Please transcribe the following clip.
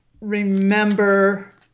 remember